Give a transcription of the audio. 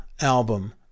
album